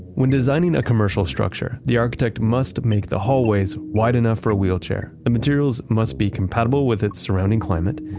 when designing a commercial structure, the architect must make the hallways wide enough for wheelchair. the materials must be compatible with its surrounding climate.